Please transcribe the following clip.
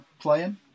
playing